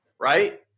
right